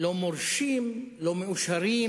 לא מורשים, לא מאושרים,